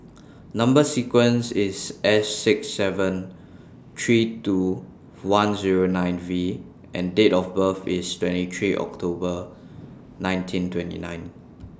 Number sequence IS S six seven three two one Zero nine V and Date of birth IS twenty three October nineteen twenty nine